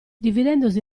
dividendosi